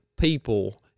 people